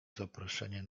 zaproszenie